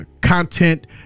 content